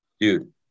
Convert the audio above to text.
Dude